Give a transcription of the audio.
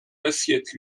l’assiette